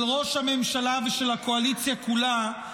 של ראש הממשלה ושל הקואליציה כולה,